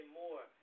more